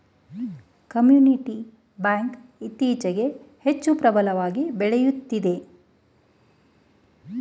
community bank ಇತ್ತೀಚೆಗೆ ಹೆಚ್ಚು ಪ್ರಬಲವಾಗಿ ಬೆಳೆಯುತ್ತಿದೆ